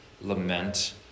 lament